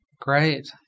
great